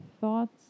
thoughts